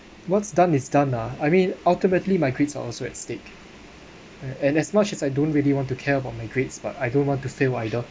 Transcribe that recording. what's done is done ah I mean ultimately my grades are also at stake and as much as I don't really want to care about my grades but I don't want to fail either